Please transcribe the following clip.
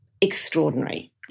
extraordinary